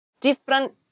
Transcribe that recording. different